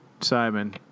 Simon